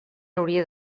hauria